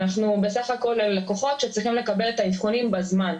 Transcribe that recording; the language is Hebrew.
אנחנו בסך הכול לקוחות שצריכים לקבל את האבחונים בזמן,